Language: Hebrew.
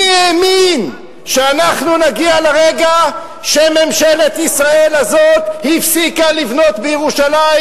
מי האמין שאנחנו נגיע לרגע שממשלת ישראל הזאת הפסיקה לבנות בירושלים?